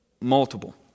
Multiple